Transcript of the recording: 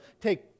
Take